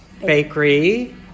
Bakery